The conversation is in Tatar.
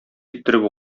иттереп